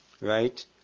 right